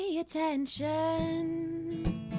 attention